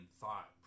thought